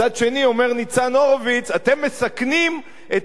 מצד שני אומר ניצן הורוביץ: אתם מסכנים את